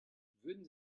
würden